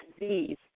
disease